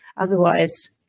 Otherwise